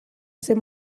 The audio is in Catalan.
ser